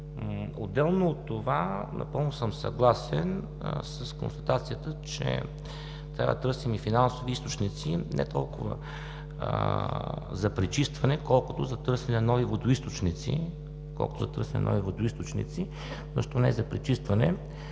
Отделно от това, напълно съм съгласен с констатацията, че трябва да търсим и финансови източници не толкова за пречистване, колкото за търсене на нови водоизточници. В бюджетната